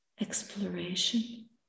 exploration